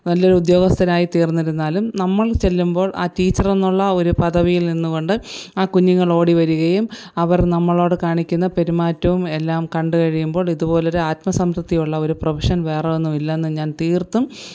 നല്ലൊരുദ്യോഗസ്ഥനായി തീർന്നിരുന്നാലും നമ്മൾ ചെല്ലുമ്പോൾ ആ ടീച്ചറെന്നുള്ള ആ ഒരു പദവിയിൽ നിന്നു കൊണ്ട് ആ കുഞ്ഞുങ്ങളോടി വരികയും അവർ നമ്മളോടു കാണിക്കുന്ന പെരുമാറ്റവും എല്ലാം കണ്ടുകഴിയുമ്പോൾ ഇതുപോലൊരു ആത്മസംതൃപ്തിയുള്ള ഒരു പ്രൊഫഷൺ വേറൊന്നുമില്ലെന്നു ഞാൻ തീർത്തും